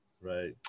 Right